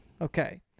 Okay